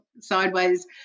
sideways